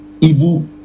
evil